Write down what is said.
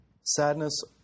Sadness